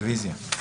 רביזיה.